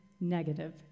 negative